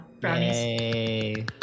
brownies